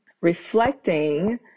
Reflecting